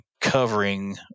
covering